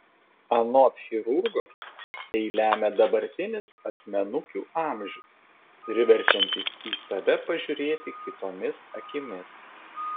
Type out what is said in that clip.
anot chirurgo tai lemia dabartinis asmenukių amžius priverčiantis į save pažiūrėti kitomis akimis